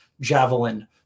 javelin